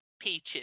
peaches